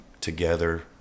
together